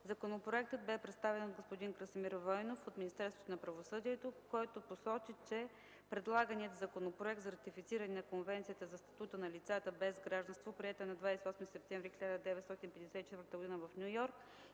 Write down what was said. Законопроектът бе представен от господин Красимир Войнов от Министерството на правосъдието, който посочи, че предлаганият Законопроект за ратифициране на Конвенцията за статута на лицата без гражданство, приета на 28 септември 1954 г. в Ню Йорк,